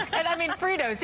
i mean freedom